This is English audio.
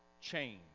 change